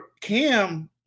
Cam